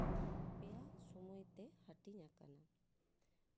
ᱯᱮᱭᱟ ᱥᱚᱢᱚᱭ ᱛᱮ ᱦᱟᱹᱴᱤᱧ ᱟᱠᱟᱱᱟ